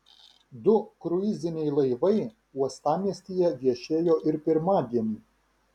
du kruiziniai laivai uostamiestyje viešėjo ir pirmadienį